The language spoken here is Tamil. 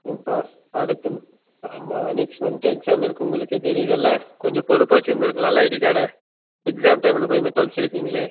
நோப்பா அடுத்து ஆமாம் நெக்ஸ்ட் மந்த் எக்ஸாம் இருக்குது உங்களுக்கே தெரியுதுல்லே கொஞ்சம் பொறுப்பாக வைச்சுருந்திருக்கலாம்ல ஐடி கார்டை எக்ஸாம் டைமில் போய் இந்த மாதிரி தொலைச்சிருக்கீங்களே